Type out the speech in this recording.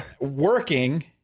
working